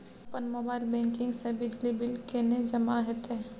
अपन mobile banking से बिजली बिल केने जमा हेते?